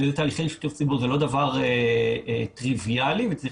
תהליכי שיתוף ציבור זה לא דבר טריביאלי וצריך